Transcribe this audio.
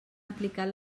aplicat